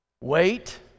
wait